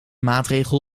maatregel